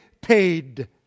paid